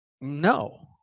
no